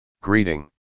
greeting